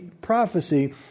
prophecy